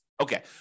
Okay